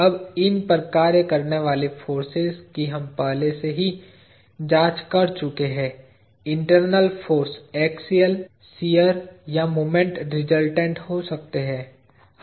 अब इन पर कार्य करने वाले फोर्सेज की हम पहले ही जांच कर चुके हैं इंटरनल फाॅर्स एक्सियल शियर या मोमेंट रिजल्टंट हो सकते हैं